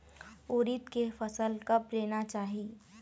उरीद के फसल कब लेना चाही?